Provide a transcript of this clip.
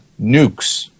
nukes